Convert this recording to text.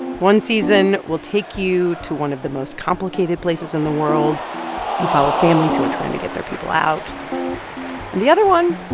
one season, we'll take you to one of the most complicated places in the world and follow families who are trying to get their people out in and the other one,